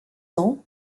ans